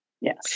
Yes